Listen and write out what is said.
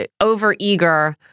over-eager